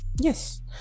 Yes